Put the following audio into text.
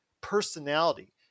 personality